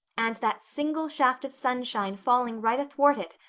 and that single shaft of sunshine falling right athwart it,